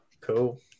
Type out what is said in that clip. Cool